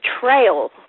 betrayal